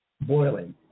boiling